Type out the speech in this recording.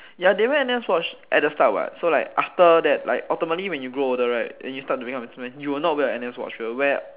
ya they wear N_S watch at the start what so like after that like ultimately when you grow older right and you start to becoming a business you will not wear a N_S watch you will wear